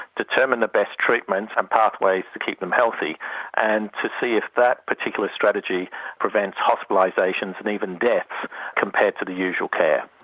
determine the best treatments and pathways to keep them healthy and to see if that particular strategy prevents hospitalisations and even deaths compared to the usual care.